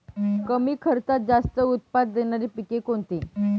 कमी खर्चात जास्त उत्पाद देणारी पिके कोणती?